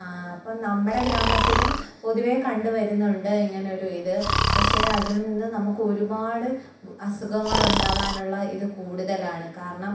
അപ്പം നമ്മുടെ ഗ്രാമത്തിലും പൊതുവേ കണ്ടു വരുന്നുണ്ട് ഇങ്ങനെയൊരു ഇത് പക്ഷേ അതിൽ നിന്ന് നമുക്ക് ഒരുപാട് അസുഖങ്ങളുണ്ടാകാനുള്ള ഇത് കൂടുതലാണ് കാരണം